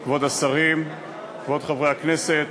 כבוד השרים, כבוד חברי הכנסת,